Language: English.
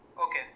Okay